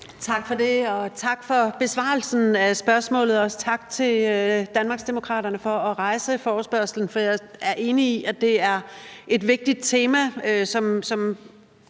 Tak for det. Og tak for besvarelsen, og også tak til Danmarksdemokraterne for at rejse forespørgslen. Jeg er enig i, at det er et vigtigt tema, som